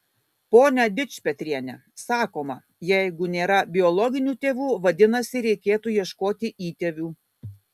pone dičpetriene sakoma jeigu nėra biologinių tėvų vadinasi reikėtų ieškoti įtėvių